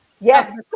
yes